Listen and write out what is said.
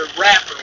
rapper